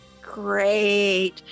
great